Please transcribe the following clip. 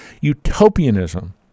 utopianism